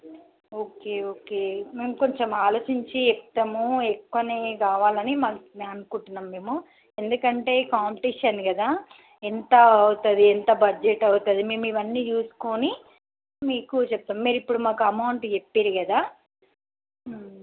ఒకే okay మేం కొంచం ఆలోచించి చెప్తాము ఎక్కువనె కావాలని మాకు అనుకుంటున్నాము మేము ఎందుకంటే కాంప్టీషన్ కదా ఎంత అవుతుంది ఎంత బడ్జెట్ అవుతుంది మేం ఇవన్నీ చూసుకోని మీకు చెప్తాం మీరిప్పుడు మాకు అమౌంట్ చెప్పినారు కదా